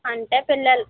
అంటే పిల్లలు